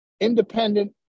independent